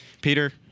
Peter